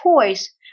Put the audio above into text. choice